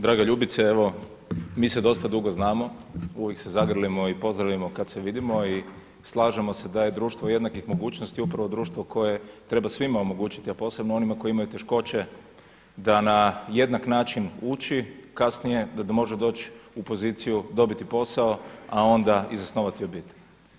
Draga Ljubice evo mi se dosta dugo znamo, uvijek se zagrlimo i pozdravimo kad se vidimo i slažemo se da je društvo jednakih mogućnosti upravo društvo koje treba svima omogućiti a posebno onima koji imaju teškoće da na jednak način uči, kasnije da može doći u poziciju dobiti posao a onda i zasnovati obitelj.